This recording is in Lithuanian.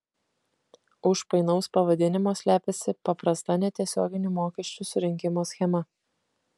už painaus pavadinimo slepiasi paprasta netiesioginių mokesčių surinkimo schema